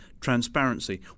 transparency